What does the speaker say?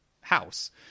house